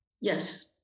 Yes